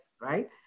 Right